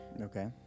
Okay